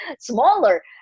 smaller